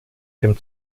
dem